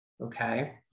okay